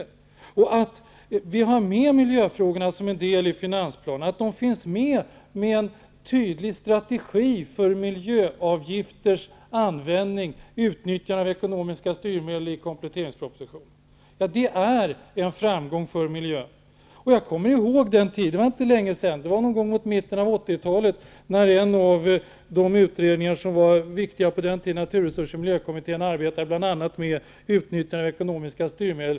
Det är en framgång för miljön att miljöfrågorna finns med som en del av finansplanen och att det finns med en tydlig strategi för miljöavgifters användning och utnyttjande av ekonomiska styrmedel i kompletteringspropositionen. Jag kommer ihåg den tiden, det var inte länge sedan -- det var någon gång på mitten av 80-talet --, när Naturresurs och miljökommittén bl.a. arbetade med en utredning om utnyttjandet av ekonomiska styrmedel.